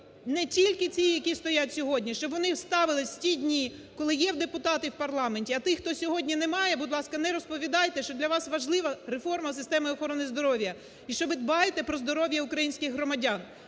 не тільки ті, які стоять сьогодні, щоб вони ставилися в ті дні, коли є депутати в парламенті. А тих кого сьогодні немає, будь ласка, не розповідайте, що для важлива реформа системи охорони здоров'я, і що ви дбаєте про здоров'я українських громадян.